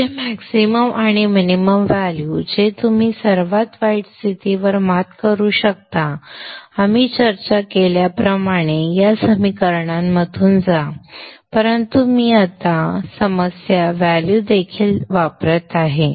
पीक चे मॅक्सिमम आणि minimum value जे तुम्ही सर्वात वाईट स्थितीवर मात करू शकता आम्ही चर्चा केल्याप्रमाणे या समीकरणांमधून जा परंतु मी आता समस्या व्हॅल्यू देखील वापरत आहे